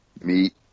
meet